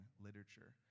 literature